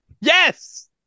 Yes